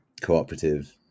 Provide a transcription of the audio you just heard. cooperative